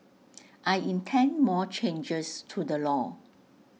I intend more changes to the law